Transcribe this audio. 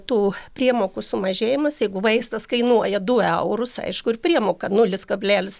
tų priemokų sumažėjimas jeigu vaistas kainuoja aišku eurus aišku ir priemoka nulis kablelis